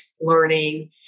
learning